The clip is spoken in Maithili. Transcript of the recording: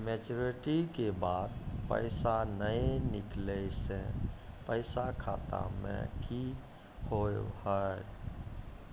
मैच्योरिटी के बाद पैसा नए निकले से पैसा खाता मे की होव हाय?